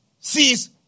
sees